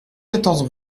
quatorze